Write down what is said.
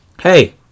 hey